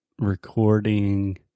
Recording